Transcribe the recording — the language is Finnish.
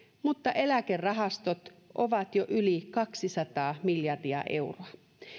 mutta eläkerahastot ovat jo yli kaksisataa miljardia euroa